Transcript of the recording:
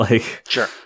Sure